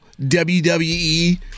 WWE